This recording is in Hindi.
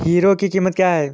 हीरो की कीमत क्या है?